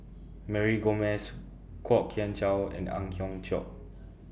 Mary Gomes Kwok Kian Chow and Ang Hiong Chiok